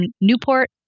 Newport